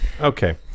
okay